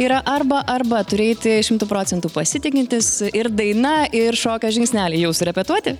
yra arba arba turi eiti šimtu procentų pasitikintis ir daina ir šokio žingsneliai jau surepetuoti